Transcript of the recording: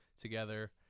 together